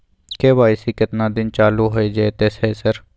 KYC केतना दिन चालू होय जेतै है सर?